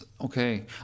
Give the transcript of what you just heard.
Okay